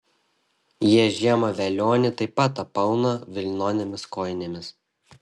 jie žiemą velionį taip pat apauna vilnonėmis kojinėmis